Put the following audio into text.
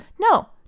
no